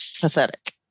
Pathetic